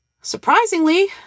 Surprisingly